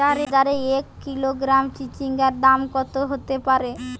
বাজারে এক কিলোগ্রাম চিচিঙ্গার দাম কত হতে পারে?